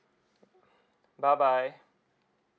bye bye